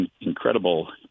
Incredible